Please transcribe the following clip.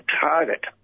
target